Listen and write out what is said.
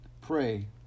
pray